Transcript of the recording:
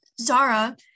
Zara